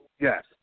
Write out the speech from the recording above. yes